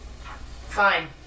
Fine